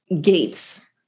gates